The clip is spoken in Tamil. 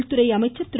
உள்துறை அமைச்சர் திரு